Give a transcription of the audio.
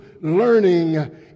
learning